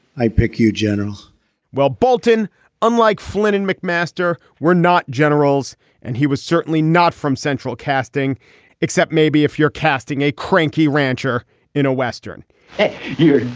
i pick you generals well bolton unlike flynn and mcmaster were not generals and he was certainly not from central casting except maybe if you're casting a cranky rancher in a western here